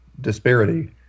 disparity